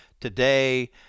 today